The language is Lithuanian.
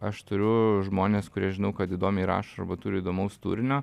aš turiu žmones kurie žinau kad įdomiai rašo arba turi įdomaus turinio